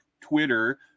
Twitter